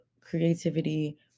creativity